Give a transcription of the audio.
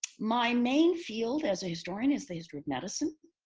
my main field as a historian is the history of medicine.